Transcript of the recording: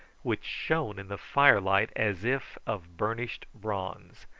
which shone in the fire-light as if of burnished bronze.